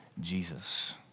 Jesus